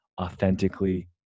authentically